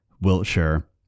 Wiltshire